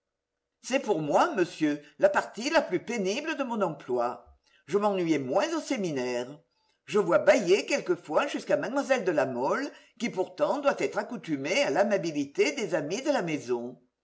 c'est pour moi monsieur la partie la plus pénible de mon emploi je m'ennuyais moins au séminaire je vois bâiller quelquefois jusqu'à mlle de la mole qui pourtant doit être accoutumée à l'amabilité des amis de la maison